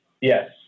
Yes